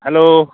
hello